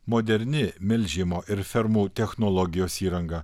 moderni melžimo ir fermų technologijos įranga